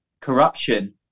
corruption